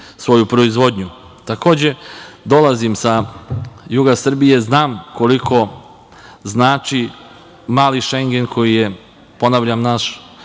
svoju proizvodnju. Takođe, dolazim sa juga Srbije, znam koliko znači „mali Šengen“, koji je ponavljam naš